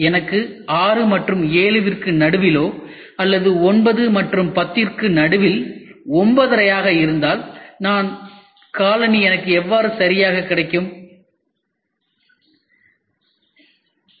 எனக்கு 6 மற்றும் ஏழுவிற்கு நடுவிலோ அல்லது 9 மற்றும் பத்திற்கு நடுவில் ஒன்பதரை ஆக இருந்தால் என் காலணி எனக்கு எவ்வாறு சரியாக இருக்க போகிறது